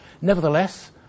Nevertheless